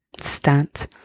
stunt